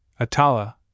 Atala